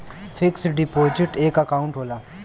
fix deposit एक account होला